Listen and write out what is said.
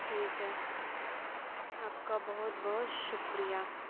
ٹھیک ہے آپ کا بہت بہت شکریہ